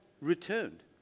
returned